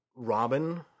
Robin